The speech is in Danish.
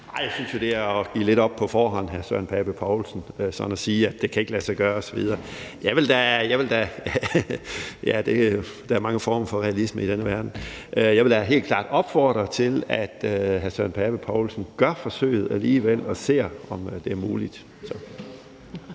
Jeg synes jo, det er at give lidt op på forhånd, hr. Søren Pape Poulsen, sådan at sige, at det ikke kan lade sig gøre osv. Ja, der er mange former for realisme i denne verden. Jeg ville da helt klart opfordre til, at hr. Søren Pape Poulsen gør forsøget alligevel og ser, om det er muligt.